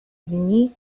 dni